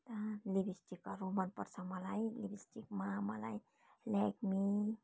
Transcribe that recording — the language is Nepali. लिपस्टिकहरू मन पर्छ मलाई लिपस्टिकमा मलाई लेक्मी